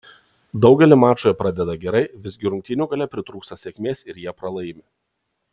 daugelį mačų jie pradeda gerai visgi rungtynių gale pritrūksta sėkmės ir jie pralaimi